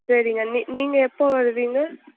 சரிங்க நீ நீங்கள் எப்போ வருவிங்க